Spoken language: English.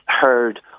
heard